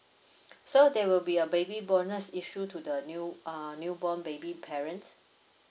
so there will be a baby bonus issue to the new uh newborn baby parents